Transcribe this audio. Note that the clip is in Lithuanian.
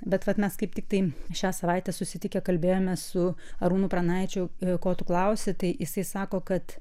bet vat mes kaip tiktai šią savaitę susitikę kalbėjome su arūnu pranaičiu ko tu klausi tai jisai sako kad